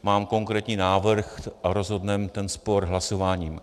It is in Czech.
Mám konkrétní návrh a rozhodneme spor hlasováním.